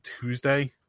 Tuesday